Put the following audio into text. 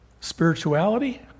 spirituality